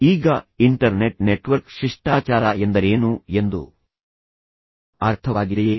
ಈಗ internet network ಶಿಷ್ಟಾಚಾರ ಎಂದರೇನು ಎಂದು ಅರ್ಥವಾಗಿದೆಯೇ